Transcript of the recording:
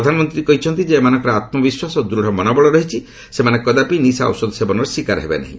ପ୍ରଧାନମନ୍ତ୍ରୀ କହିଛନ୍ତି ଯେ ଏମାନଙ୍କର ଆତ୍କ ବିଶ୍ୱାସ ଓ ଦୂଢ଼ ମନୋବଳ ରହିଛି ସେମାନେ କଦାପି ନିଶା ଔଷଧ ସେବନର ଶିକାର ହେବେ ନାହିଁ